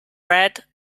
red